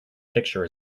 picture